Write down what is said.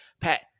Pat